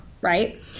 right